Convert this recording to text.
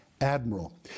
admiral